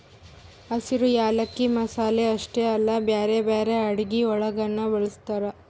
ಹಸಿರು ಯಾಲಕ್ಕಿ ಮಸಾಲೆ ಅಷ್ಟೆ ಅಲ್ಲಾ ಬ್ಯಾರೆ ಬ್ಯಾರೆ ಅಡುಗಿ ಒಳಗನು ಬಳ್ಸತಾರ್